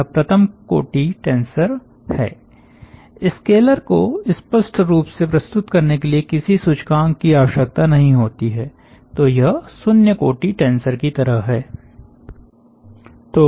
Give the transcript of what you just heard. यह प्रथम कोटि टेंसर है स्केलर को स्पष्ट रूप से प्रस्तुत करने के लिए किसी सूचकांक की आवश्यकता नहीं होती है तो यह शून्य कोटि टेंसर की तरह है